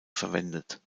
verwendet